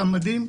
שם מדים,